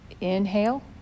Inhale